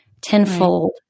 tenfold